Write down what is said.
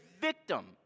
victim